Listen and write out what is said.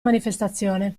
manifestazione